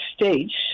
States